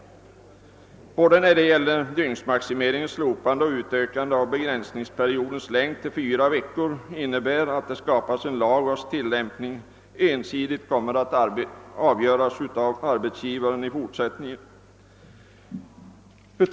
Både dygnsmaximeringens slopande och utökandet av begränsningsperiodens längd till fyra veckor innebär att det skapas en lag vars tillämpning ensidigt kommer att avgöras av arbetsgivaren.